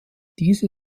diese